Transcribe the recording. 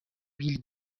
بیل